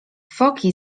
foki